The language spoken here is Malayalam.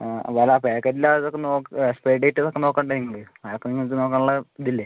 അതുപോലെ ആ പാക്കറ്റില് അതൊക്കെ എക്സ്പൈറി ഡേറ്റൊക്കെ നോക്കേണ്ടെ നിങ്ങള് അതൊക്കെ നിങ്ങള്ക്ക് നോക്കാനുള്ള ഇതില്ലേ